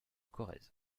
corrèze